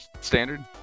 standard